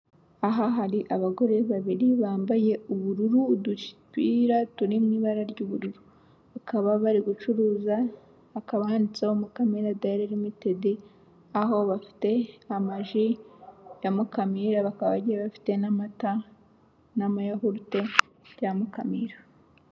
Aha hari abagore babiri bambaye ubururu, udupira turi mu ibara ry'ubururu. Bakaba bari gucuruza, akaba handitseho Mukamira diary ltd; aho bafite amaji ya Mukamira, bakaba bagiye bafite n'amata n'amayahurute bya Mukamira.